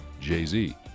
Jay-Z